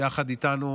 יחד איתנו,